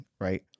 right